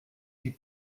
die